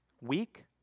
Weak